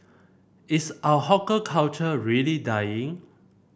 is our hawker culture really dying